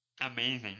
amazing